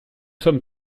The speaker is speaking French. sommes